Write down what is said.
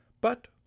But